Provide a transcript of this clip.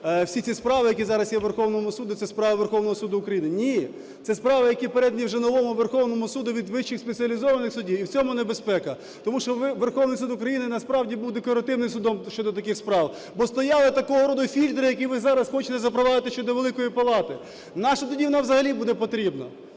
всі ці справи, які зараз є в Верховному Суді, це справи Верховного Суду України – ні, це справи, які передані вже новому Верховному Суду від вищих спеціалізованих судів, і в цьому небезпека, тому що Верховний Суд України, насправді, був декоративним судом щодо таких справ, бо стояли такого роду фільтри, які ви зараз хочете запровадити щодо Великої Палати. Нащо тоді вона взагалі буде потрібна?